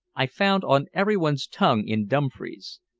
i found, on everyone's tongue in dumfries.